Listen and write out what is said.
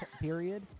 period